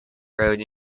road